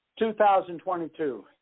2022